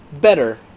better